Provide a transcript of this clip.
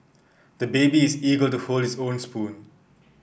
the baby is eager to hold his own spoon